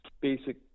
basic